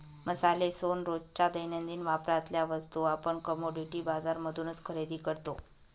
मसाले, सोन, रोजच्या दैनंदिन वापरातल्या वस्तू आपण कमोडिटी बाजार मधूनच खरेदी करतो